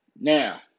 Now